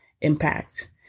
impact